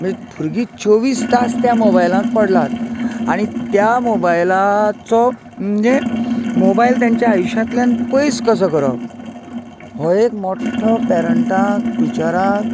म्हळ्यार भुरगीं चोवीस तास त्या मोबायलांत पडलात आनी त्या मोबायलाचो म्हणजे मोबायल तेचें आयुशांतल्यान पयस कसो करप हो एक मोठ्ठो पेरन्टाक टिचराक